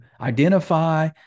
identify